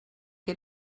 que